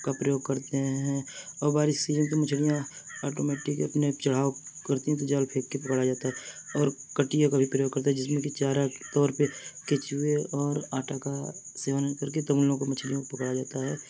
کا پریوگ کرتے ہیں اور بارش سیزن کی مچھلیاں آٹومیٹک اپنے چڑھاؤ کرتی ہیں تو جال پھینک کے پکڑا جاتا ہے اور کٹیا کا بھی پریوگ کرتا ہے جس میں کہ چارہ کے طور پہ کچوے اور آٹا کا سیون کر کے تملوں کو مچھلیوں کو پکڑا جاتا ہے